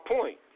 point